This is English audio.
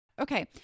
Okay